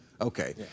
Okay